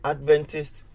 Adventist